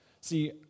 See